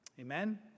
Amen